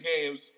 games